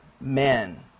men